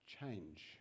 change